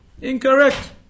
Incorrect